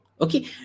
Okay